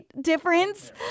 difference